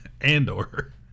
Andor